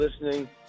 listening